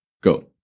Go